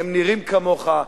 הם נראים כמוך,